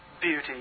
beauty